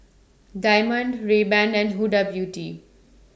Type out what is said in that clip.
Diamond Rayban and Huda Beauty